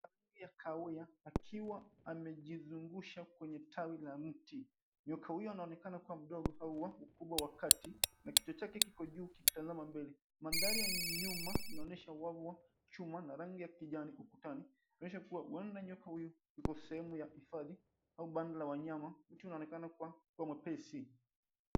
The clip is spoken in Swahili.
Nyoka wa kahawia akiwa amejizungusha kwenye tawi la mti. Nyoka huyo anaonekana kuwa mdogo au wa ukubwa wa kati na kichwa chake kiko juu kikitazama mbele. Mandhari ya nyuma inaonyesha wavu wa chuma na rangi ya kijani ukutani. Inaonyesha kuwa nyoka huyo yuko sehemu ya hifadhi au banda la wanyama. Mti unaonekana kuwa mwepesi.